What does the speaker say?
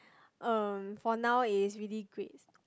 um for now it is really grade